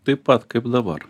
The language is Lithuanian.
taip pat kaip dabar